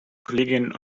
kolleginnen